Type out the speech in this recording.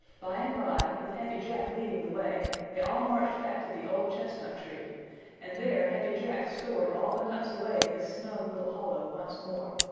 by and by, with happy jack leading the way, they all marched back to the old chestnut tree and there happy jack stored all the nuts away in his snug little hollow once more.